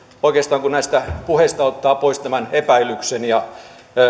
oikeastaan kun näistä puheista ottaa pois tämän epäilyksen ja